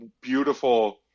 beautiful